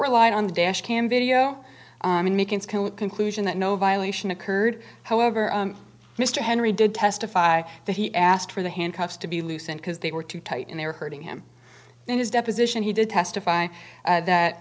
relied on the dash cam video conclusion that no violation occurred however mr henry did testify that he asked for the handcuffs to be loosened because they were too tight and they were hurting him in his deposition he did testify that